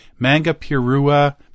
Mangapirua